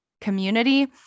community